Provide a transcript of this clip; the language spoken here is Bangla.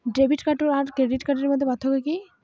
ডেবিট কার্ড আর ক্রেডিট কার্ডের মধ্যে পার্থক্য কি?